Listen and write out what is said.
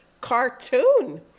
cartoon